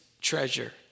treasure